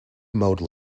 mode